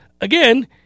again